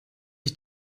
ich